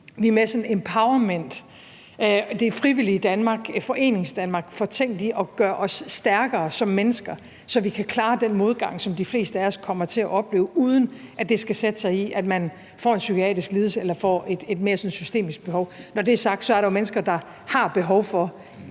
vi med sådan empowerment, det frivillige Danmark, Foreningsdanmark, får tænkt i at gøre os stærkere som mennesker, så vi kan klare den modgang, som de fleste af os kommer til at opleve, uden at det skal sætte sig i, at man får en psykiatrisk lidelse eller får et mere systemisk behov. Når det er sagt, er der jo mennesker, der har behov for